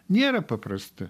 nėra paprasti